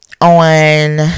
on